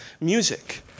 music